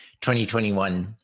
2021